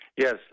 Yes